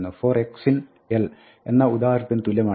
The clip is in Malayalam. for x in l എന്ന ഉദാഹരണത്തിന് തുല്യമാണിത്